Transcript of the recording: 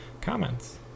comments